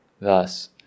Thus